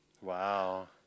Wow